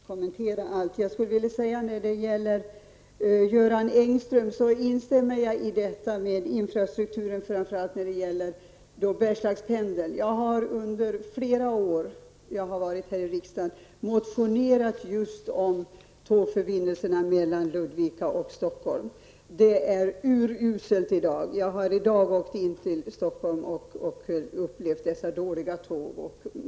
Herr talman! I förra repliken tog min tid slut innan jag hann ta upp allt det som jag hade velat kommentera. Jag instämmer i vad Göran Engström sade när det gäller infrastrukturen, framför allt när det gäller Bergslagspendeln. Jag har under de år jag har varit här i riksdagen motionerat om just tågförbindelserna mellan Ludvika och Stockholm. De är urusla. Jag har i dag åkt till Stockholm med dessa dåliga tåg.